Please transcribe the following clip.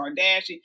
kardashian